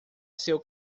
seu